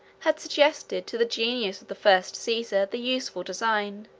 had suggested to the genius of the first caesar the useful design,